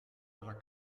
della